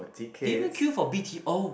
they even queue for b_t_o